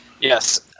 Yes